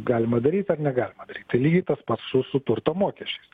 galima daryt ar negalima tai lygiai pats su su turto mokesčiais